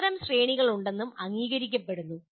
ചിലതരം ശ്രേണികളുണ്ടെന്നും അംഗീകരിക്കപ്പെടുന്നു